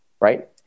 right